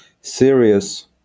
serious